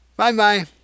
Bye-bye